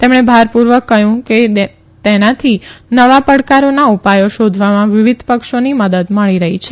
તેમણે ભારપુર્વક કહથું કે તેનાથી નવા પડકારોના ઉપાયો શોંધવામાં વિવિધ પક્ષોની મદદ મળી રહી છે